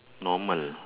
normal